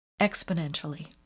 exponentially